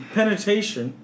Penetration